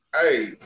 Hey